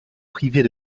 privées